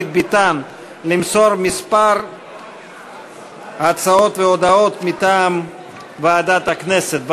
ביטן למסור כמה הצעות והודעות מטעם ועדת הכנסת.